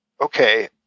okay